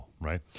Right